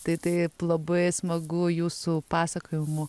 tai taip labai smagu jūsų pasakojimu